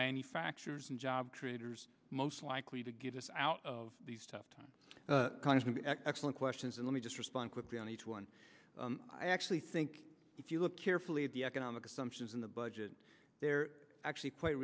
manufacturers and job creators most likely to get us out of these tough times excellent questions and let me just respond quickly on each one i actually think if you look carefully at the economic assumptions in the budget they're actually quite